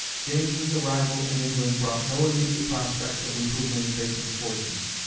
james's arrival in england brought no immediate prospect of improvement in bacon's fortunes.